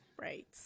Right